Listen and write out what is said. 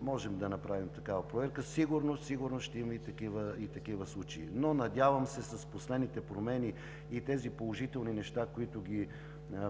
Можем да я направим – и сигурно, сигурно ще има и такива случаи, но се надявам, че с последните промени и положителните неща, които